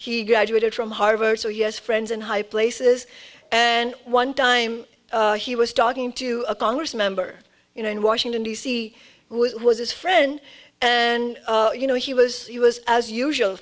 he graduated from harvard so yes friends in high places and one time he was talking to a congress member you know in washington d c he was his friend and you know he was he was as usual